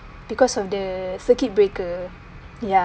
because of the circuit breaker ya